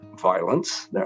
violence